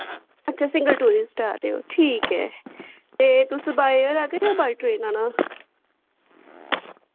अच्छा single tourist आ दे ओ ठीक ऐ ते तुस बाया एयर आ दे जां बाया ट्रेन औना